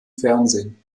fernsehen